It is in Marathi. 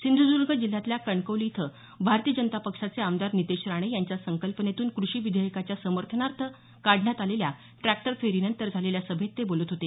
सिंधुद्र्ग जिल्ह्यातल्या कणकवली इथं भारतीय जनता पक्षाचे आमदार नितेश राणे यांच्या संकल्पनेतून कृषी विधेयकाच्या समर्थनार्थ काढण्यात आलेल्या ट्रॅक्टर फेरीनंतर झालेल्या सभेत ते बोलत होते